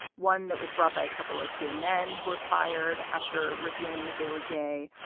one that was brought by a couple of gay men who were fired after revealing that they were gay.